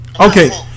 Okay